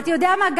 אתה יודע מה,